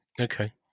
Okay